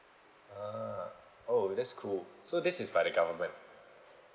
ah oh that's cool so this is by the government